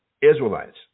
Israelites